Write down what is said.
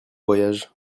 voyage